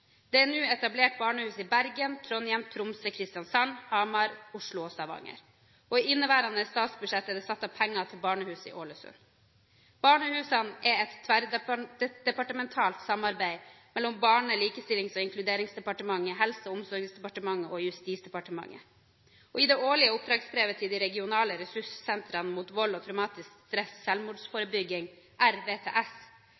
Det er nå etablert barnehus i Bergen, Trondheim, Tromsø, Kristiansand, Hamar, Oslo og Stavanger. I inneværende statsbudsjett er det satt av penger til barnehus i Ålesund. Barnehusene er et tverrdepartementalt samarbeid mellom Barne-, likestillings- og inkluderingsdepartementet, Helse- og omsorgsdepartementet og Justisdepartementet. I det årlige oppdragsbrevet til de regionale ressurssentrene om vold, traumatisk stress